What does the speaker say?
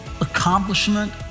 accomplishment